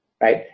right